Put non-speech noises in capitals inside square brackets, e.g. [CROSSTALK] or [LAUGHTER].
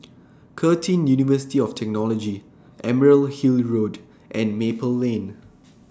[NOISE] Curtin University of Technology Emerald Hill Road and Maple Lane